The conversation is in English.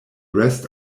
rest